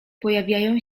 pojawiają